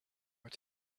what